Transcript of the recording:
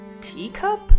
teacup